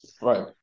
Right